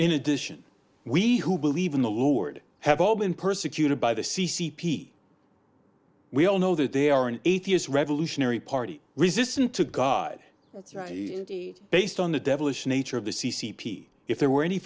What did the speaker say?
in addition we who believe in the lord have all been persecuted by the c c p we all know that they are an atheist revolutionary party resistant to god based on the devilish nature of the c c p if there were any